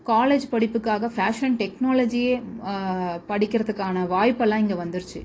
college படிப்புக்காக fashion டெக்னாலஜியே படிக்கிறதுக்கான வாய்ப்பெல்லாம் இங்கே வந்துடுச்சு